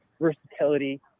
versatility